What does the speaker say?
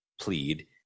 plead